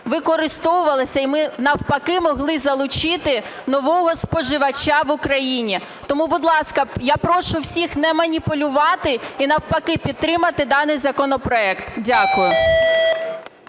використовувалася, і ми, навпаки, могли залучити нового споживача в Україні. Тому, будь ласка, я прошу всіх не маніпулювати і, навпаки, підтримати даний законопроект. Дякую.